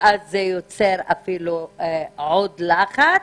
ואז זה יוצר עליהן עוד לחץ,